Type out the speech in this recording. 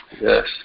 Yes